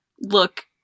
look